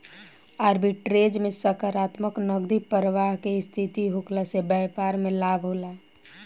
arbitrage में सकारात्मक नगदी प्रबाह के स्थिति होखला से बैपार में लाभ होला